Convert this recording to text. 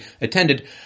attended